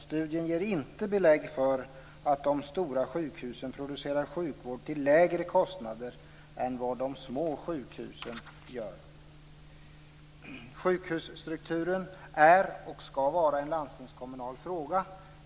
Studien ger inte belägg för att de stora sjukhusen producerar sjukvård till lägre kostnader än vad de små sjukhusen gör. Sjukhusstrukturen är och ska vara en landstingskommunal fråga.